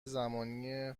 زمانی